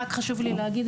חשוב לי להגיד,